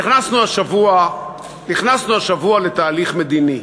נכנסנו השבוע לתהליך מדיני.